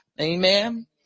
amen